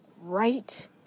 right